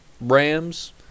Rams